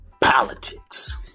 politics